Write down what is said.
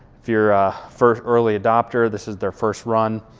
if you're a first early adopter, this is their first run.